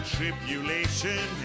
tribulation